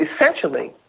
essentially